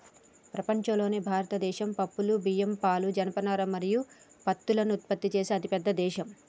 ప్రపంచంలోనే భారతదేశం పప్పులు, బియ్యం, పాలు, జనపనార మరియు పత్తులను ఉత్పత్తి చేసే అతిపెద్ద దేశం